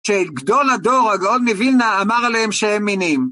שגדול הדור הגאון מווילנא אמר עליהם שהם מינים.